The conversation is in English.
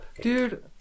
Dude